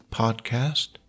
podcast